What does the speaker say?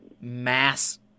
mass –